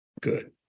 good